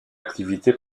activité